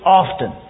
often